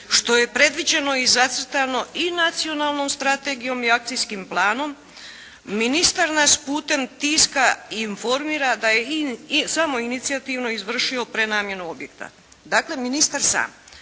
što je predviđeno i zacrtano i nacionalnom strategijom i akcijskim planom, ministar nas putem tiska informira da je samoinicijativno izvršio prenamjenu objekta. Dakle ministar sam